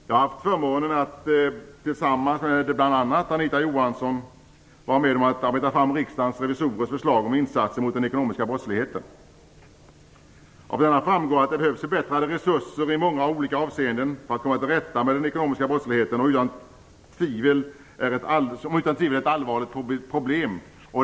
Jag har haft förmånen att tillsammans med bl.a. Anita Johansson vara med och arbeta fram Riksdagens revisorers förslag om insatser mot den ekonomiska brottsligheten. Av detta framgår att det behövs förbättrade resurser i många olika avseenden för att komma till rätta med den ekonomiska brottsligheten, som utan tvivel är ett allvarligt problem.